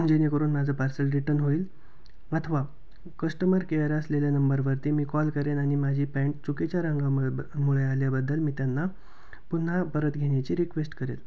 जेणेकरून माझं parcel return होईल अथवा कस्टमर केअर असलेल्या नंबरवरती मी कॉल करेन आणि माझी पँन्ट चुकीच्या रंगामुळे ब मुळे आल्याबद्दल मी त्यांना पुन्हा परत घेण्याची रिक्वेश्ट करेल